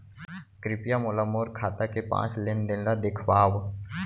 कृपया मोला मोर खाता के पाँच लेन देन ला देखवाव